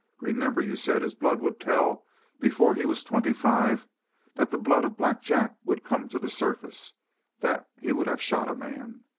remember you said his blood would tell before he was twenty-five that the blood of black jack would come to the surface that he would have shot a man?